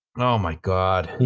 oh my god. yeah